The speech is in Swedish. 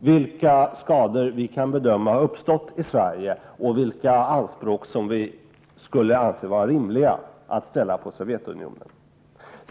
vilka skador vi kan bedöma ha uppstått i Sverige och vilka anspråk som vi anser vara rimliga att ställa på Sovjetunionen.